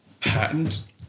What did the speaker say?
patent